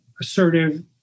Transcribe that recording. assertive